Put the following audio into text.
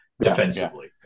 defensively